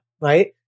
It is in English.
right